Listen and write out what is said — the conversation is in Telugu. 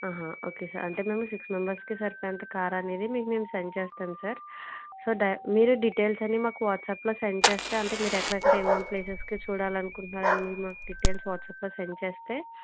ఆహా ఓకే సార్ అంటే మేము సిక్స్ మెంబర్స్కి సరిపోయేంత కారనేది మీకు మేము సెండ్ చేస్తాం సార్ సార్ డై మీరు డీటెయిల్స్ అన్నీ మాకు వాట్స్యాప్లో సెండ్ చేస్తే అంటే మీరు ఎక్కడెక్కడ ఏమేం ప్లేసెస్కి చూడాలనుకుంటున్నారో అన్నీ మీరు మాకు డీటెయిల్స్ వాట్స్యాప్లో సెండ్ చేస్తే